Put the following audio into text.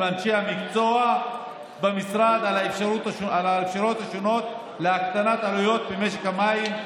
אנשי המקצוע במשרד על אפשרויות שונות להקטנת עלויות במשק המים.